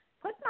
Put